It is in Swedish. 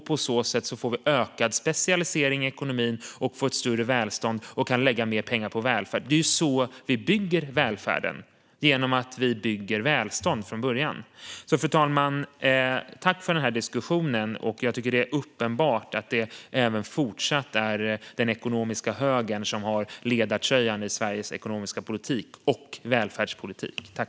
På så sätt får vi ökad specialisering i ekonomin och ett större välstånd och kan lägga mer pengar på välfärd. Det är så vi bygger välfärden: Vi bygger välstånd från början. Fru talman! Jag vill tacka för den här diskussionen och säga att jag tycker att det är uppenbart att det även fortsättningsvis är den ekonomiska högern som har ledartröjan i Sveriges ekonomiska politik och välfärdspolitik.